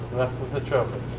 left with a trophy.